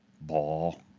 ball